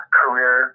career